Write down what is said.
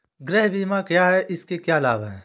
गृह बीमा क्या है इसके क्या लाभ हैं?